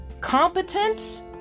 Competence